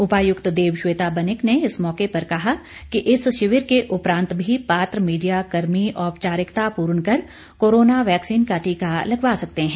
उपायुक्त देवश्वेता बनिक ने इस मौके पर कहा कि इस शिविर के उपरांत भी पात्र मीडिया कर्मी औपचारिता पूर्ण कर कोरोना वैक्सीन का टीका लगवा सकते हैं